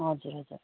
हजुर हजुर